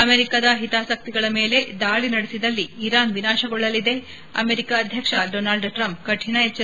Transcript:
ಅಮೆರಿಕದ ಹಿತಾಸಕ್ತಿಗಳ ಮೇಲೆ ದಾಳಿ ನಡೆಸಿದಲ್ಲಿ ಇರಾನ್ ವಿನಾತಗೊಳ್ಳಲಿದೆ ಅಮೆರಿಕ ಅಧ್ಯಕ್ಷ ಡೊನಾಲ್ಡ್ ಟ್ರಂಪ್ ಕಠಿಣ ಎಚ್ಚರಿಕೆ